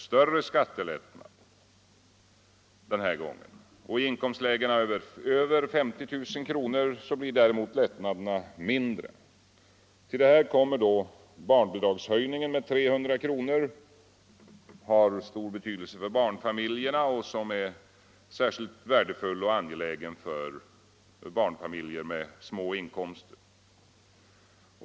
större skattelättnad den här gången. I inkomstlägena över 50 000 kr. blir däremot lättnaderna mindre. Till detta kommer barnbidragshöjningen med 300 kr., som har stor betydelse för barnfamiljerna och är särskilt värdefull och angelägen för barnfamiljer med låga inkomster.